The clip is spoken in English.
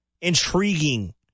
Intriguing